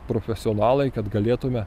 profesionalai kad galėtume